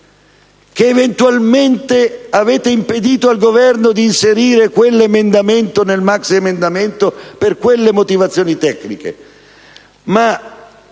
che eventualmente avete impedito al Governo di inserire quell'emendamento nel maxiemendamento per quelle motivazioni tecniche